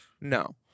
No